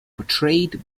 portrayed